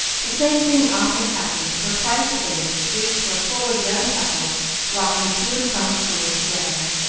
the same thing often happened, for twice a-day the streets were full of young couples walking to and from school together,